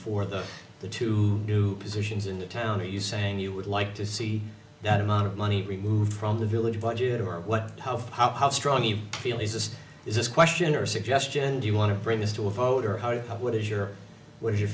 for the the to do position is in the town are you saying you would like to see that amount of money removed from the village budget or what how how how strong you feel is this is this question or suggestion do you want to bring this to a vote or what is your what is your